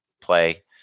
play